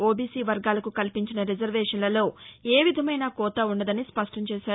OBC వర్గాలకు కల్పించిన రిజర్వేషన్లలో ఏవిధమైన కోత ఉండదని స్పష్టం చేశారు